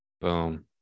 boom